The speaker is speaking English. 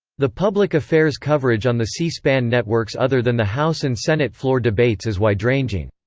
the public affairs coverage on the c-span networks other than the house and senate floor debates is wide-ranging.